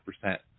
percent